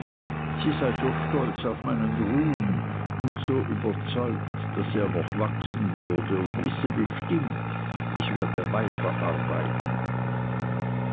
sie sei so stolz auf meinen ruhm und so überzeugt daß er noch wachsen würde und wisse bestimmt ich werde weiter arbeiten